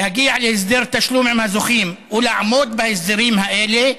להגיע להסדר תשלום עם הזוכים ולעמוד בהסדרים האלה,